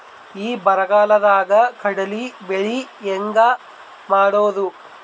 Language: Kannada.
ಈ ಬರಗಾಲದಾಗ ಕಡಲಿ ಬೆಳಿ ಹೆಂಗ ಮಾಡೊದು?